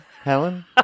Helen